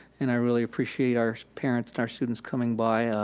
and i really appreciate our parents and our students coming by.